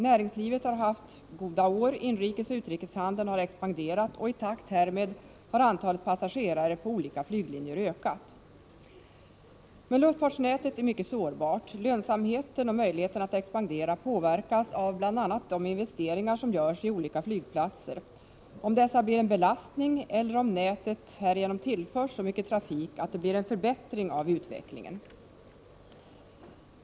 Näringslivet har haft några goda år, inrikesoch utrikeshandeln har expanderat, och i takt härmed har antalet passagerare på olika flyglinjer ökat. Men luftfartsnätet är mycket sårbart. Lönsamheten och möjligheten att expandera påverkas bl.a. av de investeringar som görs i olika flygplatser — om dessa blir en belastning eller om nätet härigenom tillförs så mycket trafik att det blir en förbättring av utvecklingen.